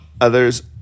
others